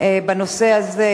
בנושא הזה,